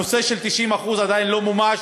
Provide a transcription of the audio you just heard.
הנושא של 90% עדיין לא מומש.